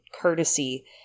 courtesy